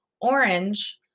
orange